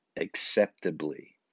acceptably